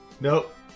nope